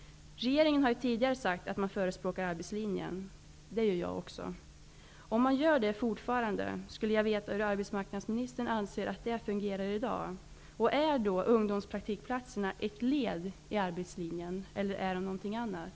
Regeringen har tidigare sagt att man förespråkar arbetslinjen. Det gör jag också. Om man gör det fortfarande skulle jag vilja veta hur arbetsmarknadsministern anser att det fungerar i dag. Är ungdomspraktikplatserna ett led i arbetslinjen eller är de något annat?